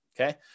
okay